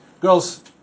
Girls